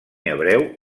hebreu